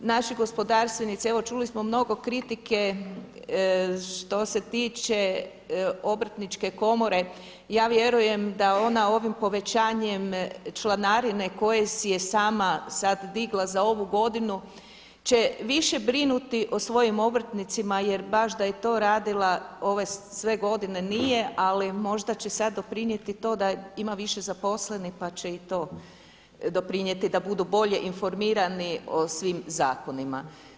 Naši gospodarstvenici, evo čuli smo mnogo kritike, što se tiče Obrtničke komore ja vjerujem da ona ovim povećanjem članarine koje si je sama sada digla za ovu godinu će više brinuti o svojim obrtnicima jer baš da je to radila ove sve godine nije ali možda će sada doprinijeti to da ima više zaposlenih pa će i to doprinijeti da budu bolje informirani o svim zakonima.